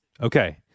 okay